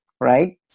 right